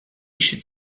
should